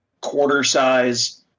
quarter-size